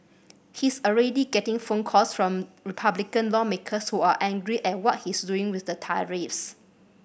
he's already getting phone calls from Republican lawmakers who are angry at what he's doing with the tariffs